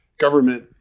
government